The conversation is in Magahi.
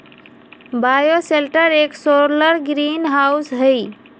बायोशेल्टर एक सोलर ग्रीनहाउस हई